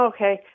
Okay